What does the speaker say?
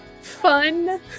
fun